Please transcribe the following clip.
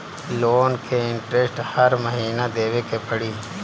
Loan के interest हर महीना देवे के पड़ी?